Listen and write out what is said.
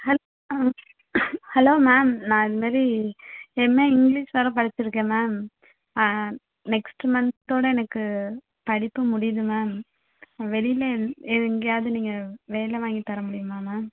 ஹல் ah hello ma'am நான் இதுமாரி எம்ஏ இங்கிலிஷ் வர படிச்சிருக்கேன் மேம் நெக்ஸ்ட்டு மன்த்தோட எனக்கு படிப்பு முடியுது மேம் வெளியில வேறு எங்கேயாது நீங்கள் வேலை வாங்கித் தர முடியுமா மேம்